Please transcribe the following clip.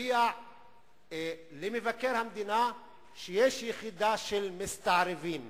ומודיע למבקר המדינה שיש יחידה של מסתערבים.